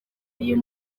uyu